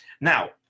Now